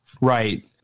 Right